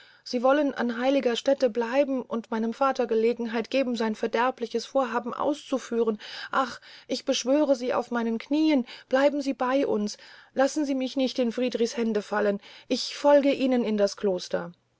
sie wollen an heiliger stäte bleiben und meinem vater gelegenheit geben sein verderbliches vorhaben auszuführen ach ich beschwöre sie auf meinen knien bleiben sie bey uns lassen sie mich nicht in friedrichs hände fallen ich folge ihnen in das kloster